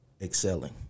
excelling